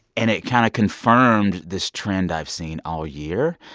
and it kind of confirmed this trend i've seen all year.